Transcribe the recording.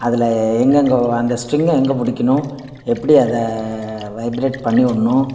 அதில் எங்கெங்கே அந்த ஸ்ட்ரிங்கை எங்கே பிடிக்கணும் எப்படி அதை வைப்ரேட் பண்ணி விட்ணும்